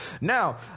Now